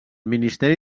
ministeri